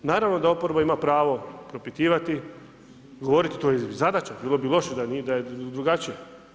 Naravno da oporba ima pravo propitivati, govoriti, to je i zadaća, bilo bi loše da je drugačije.